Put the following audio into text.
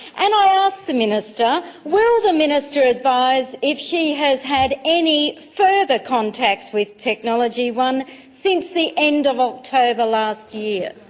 and i ask the minister, will the minister advise if she has had any further contacts with technology one since the end of october last year?